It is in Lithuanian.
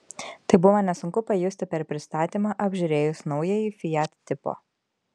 tai buvo nesunku pajusti per pristatymą apžiūrėjus naująjį fiat tipo